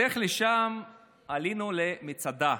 בדרך לשם עלינו למצדה.